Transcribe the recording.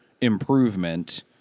improvement